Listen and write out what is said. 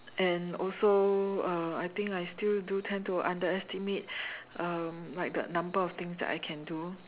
and also uh I think I still do tend to underestimate um like the number of things that I can do